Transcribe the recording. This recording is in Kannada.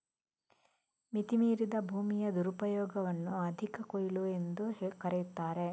ಮಿತಿ ಮೀರಿದ ಭೂಮಿಯ ದುರುಪಯೋಗವನ್ನು ಅಧಿಕ ಕೊಯ್ಲು ಎಂದೂ ಕರೆಯುತ್ತಾರೆ